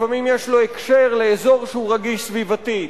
לפעמים יש לו קשר לאזור שהוא רגיש סביבתית,